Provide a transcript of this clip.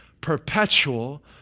perpetual